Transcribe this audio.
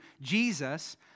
Jesus